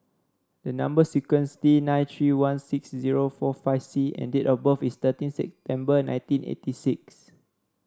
the number sequence T nine three one six zero four five C and date of birth is thirteen September and nineteen eighty six